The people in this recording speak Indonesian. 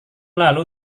lalu